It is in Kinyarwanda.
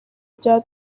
bya